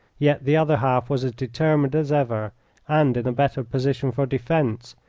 yet the other half was as determined as ever and in a better position for defence,